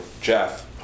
Jeff